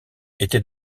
était